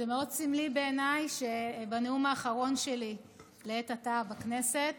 זה מאוד סמלי בעיניי שהנאום האחרון שלי לעת עתה בכנסת